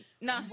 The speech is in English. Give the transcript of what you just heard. No